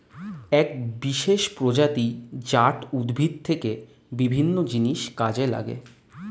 এক বিশেষ প্রজাতি জাট উদ্ভিদ থেকে বিভিন্ন জিনিস কাজে লাগে